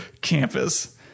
campus